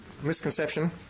Misconception